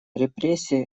репрессии